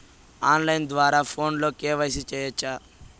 on line ద్వారా ఫోనులో KYC సేయొచ్చా